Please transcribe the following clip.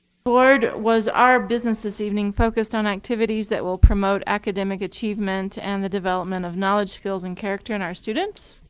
board, was our business this evening focused on activities that will promote academic achievement and the development of knowledge, skills, and character in our students?